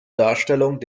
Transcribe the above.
darstellung